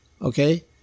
okay